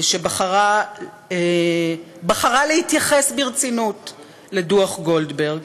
שבחרה להתייחס ברצינות לדוח גולדברג,